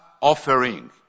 offering